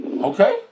okay